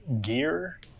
gear